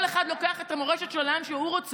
כל אחד לוקח את המורשת שלו לאן שהוא רוצה,